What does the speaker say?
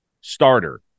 starter